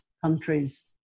countries